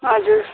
हजुर